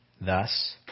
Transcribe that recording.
Thus